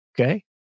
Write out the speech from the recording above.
Okay